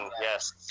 yes